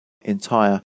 entire